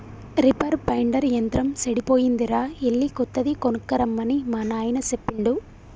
reaper binder యంత్రం సెడిపోయిందిరా ఎళ్ళి కొత్తది కొనక్కరమ్మని మా నాయిన సెప్పిండు